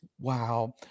Wow